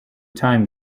time